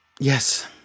Yes